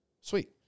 Sweet